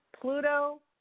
Pluto